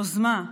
יוזמה,